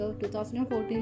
2014